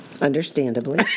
Understandably